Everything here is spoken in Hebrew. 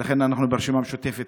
ולכן, אנחנו ברשימה המשותפת